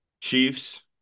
Chiefs